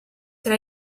tra